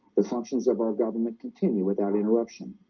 the functions of our government continue without interruption